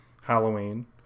Halloween